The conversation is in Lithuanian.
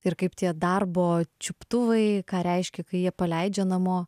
ir kaip tie darbo čiuptuvai ką reiškia kai jie paleidžia namo